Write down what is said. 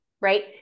right